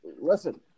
Listen